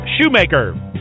Shoemaker